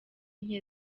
nke